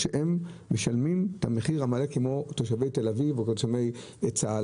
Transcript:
שהם משלמים את המחיר המלא כמו תושבי תל אביב או צהלה וסביון.